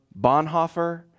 Bonhoeffer